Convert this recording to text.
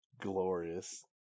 glorious